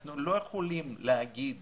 אנחנו לא יכולים להגיד